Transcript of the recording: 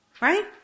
Right